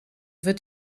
wird